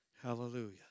Hallelujah